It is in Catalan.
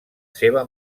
seva